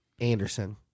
Anderson